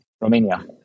Romania